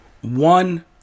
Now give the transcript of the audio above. one